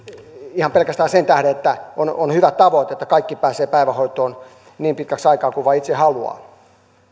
ihan pelkästään sen tähden että on on hyvä tavoite että kaikki pääsevät päivähoitoon niin pitkäksi aikaa kuin vain itse haluavat